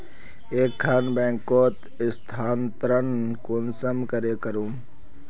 एक खान बैंकोत स्थानंतरण कुंसम करे करूम?